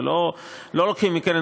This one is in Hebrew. לא לוקחים מהקרן